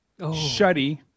Shuddy